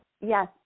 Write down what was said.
yes